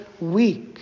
weak